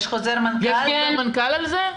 יש חוזר מנכ"ל על זה?